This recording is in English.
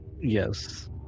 Yes